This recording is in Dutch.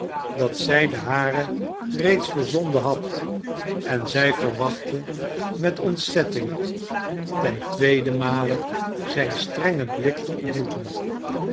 dat zij den haren reeds verzonden had en zij verwachtte met ontzetting ten tweeden male zijn strengen blik te ontmoeten